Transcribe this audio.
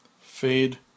fade